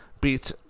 beat